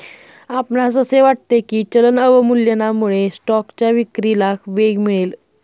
आपणास असे वाटते की चलन अवमूल्यनामुळे स्टॉकच्या विक्रीला वेग मिळेल?